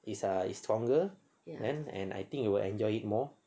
is ah is stronger and then I think you will enjoy it more